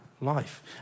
life